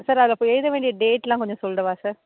sir அதை அப்போது எழுத வேண்டிய டேட்டுலாம் கொஞ்சம் சொல்லிடவா சார்